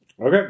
Okay